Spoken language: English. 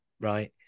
right